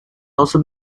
also